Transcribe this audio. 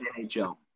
NHL